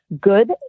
good